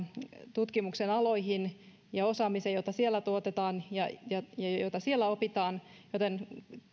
tutkimuksen aloihin ja osaamiseen joita siellä tuotetaan ja ja joita siellä opitaan joten